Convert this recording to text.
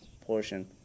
portion